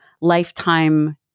lifetime